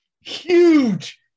huge